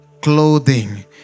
clothing